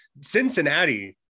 Cincinnati